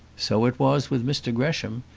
so it was with mr gresham.